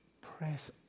press